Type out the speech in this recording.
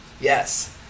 Yes